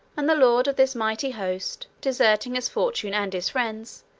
and the lord of this mighty host, deserting his fortune and his friends,